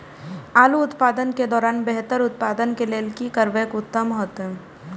आलू उत्पादन के दौरान बेहतर उत्पादन के लेल की करबाक उत्तम होयत?